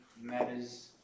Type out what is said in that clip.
matters